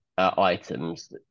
Items